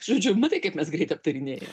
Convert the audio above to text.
žodžiu matai kaip mes greit aptarinė